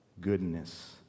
goodness